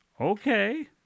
Okay